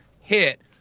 hit